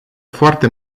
foarte